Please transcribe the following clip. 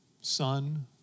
son